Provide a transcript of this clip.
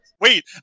wait